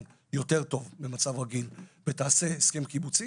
יותר טוב במצב רגיל ותעשה הסכם קיבוצי